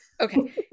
Okay